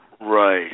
Right